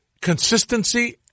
consistency